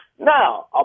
Now